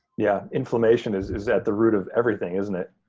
yeah, inflammation is is at the root of everything isn't it?